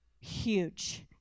huge